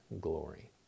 glory